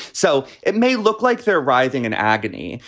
so it may look like they're writhing in agony,